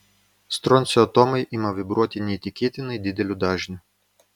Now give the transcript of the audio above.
stroncio atomai ima vibruoti neįtikėtinai dideliu dažniu